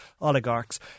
oligarchs